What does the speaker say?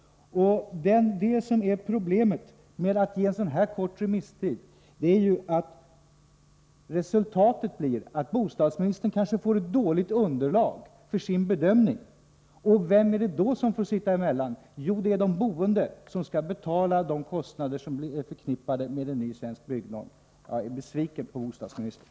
Problemet med en så här kort remisstid är att resultatet blir att bostadsministern kanske får ett dåligt underlag för sin bedömning. Och vem är det då som får sitta emellan? Jo, det är de boende, som skall betala de kostnader som är förknippade med en ny svensk byggnorm. Jag är besviken på bostadsministern.